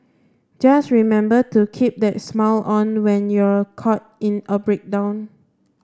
just remember to keep that smile on when you're caught in a breakdown